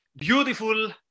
beautiful